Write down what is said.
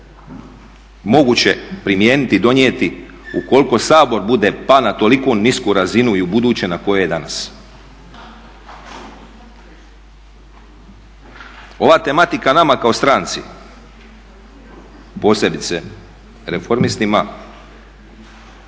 moguće primijeniti i donijeti ukoliko Sabor bude pao na toliko nisku razinu i ubuduće na kojoj je danas. Ova tematika nama kao stranci posebice Reformistima